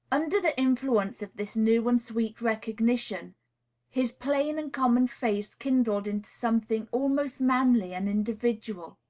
under the influence of this new and sweet recognition his plain and common face kindled into something almost manly and individual.